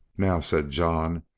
now, said john,